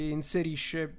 inserisce